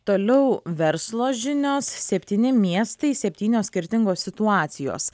toliau verslo žinios septyni miestai septynios skirtingos situacijos